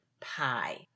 pie